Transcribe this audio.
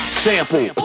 sample